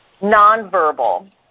nonverbal